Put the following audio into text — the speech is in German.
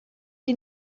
sie